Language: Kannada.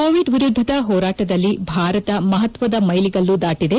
ಕೋವಿಡ್ ವಿರುದ್ದದ ಹೋರಾಟದಲ್ಲಿ ಭಾರತ ಮಹತ್ವದ ಮೈಲಿಗಲ್ಲು ದಾಟಿದೆ